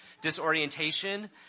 disorientation